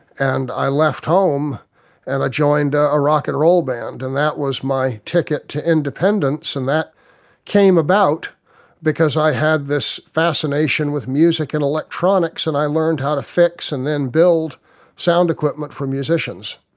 and i left home and i joined a rock n roll band and that was my ticket to independence, and that came about because i had this fascination with music and electronics and i learned how to fix and then build sound equipment for musicians.